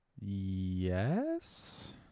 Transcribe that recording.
Yes